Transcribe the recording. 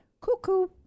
Cuckoo